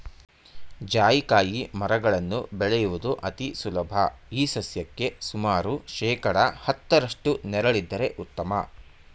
ಜಾಯಿಕಾಯಿ ಮರಗಳನ್ನು ಬೆಳೆಯುವುದು ಅತಿ ಸುಲಭ ಈ ಸಸ್ಯಕ್ಕೆ ಸುಮಾರು ಶೇಕಡಾ ಹತ್ತರಷ್ಟು ನೆರಳಿದ್ದರೆ ಉತ್ತಮ